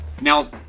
Now